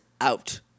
out